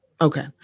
Okay